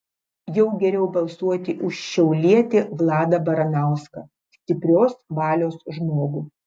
jau geriau balsuoti už šiaulietį vladą baranauską stiprios valios žmogų